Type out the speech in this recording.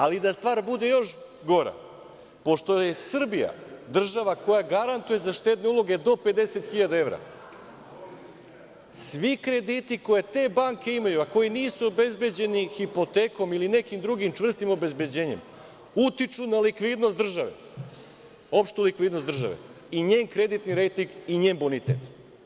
Ali, da stvar bude još gora, pošto je Srbija država koja garantuje za štedne uloge do 50.000 evra, svi krediti koje te banke imaju, a koji nisu obezbeđeni hipotekom ili nekim drugim čvrstim obezbeđenjem, utiču na likvidnost države, opštu likvidnost države i njen kreditni rejting i njen bonitet.